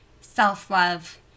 self-love